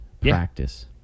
practice